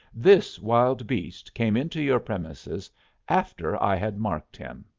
this wild beast came into your premises after i had marked him.